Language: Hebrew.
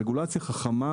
רגולציה חכה,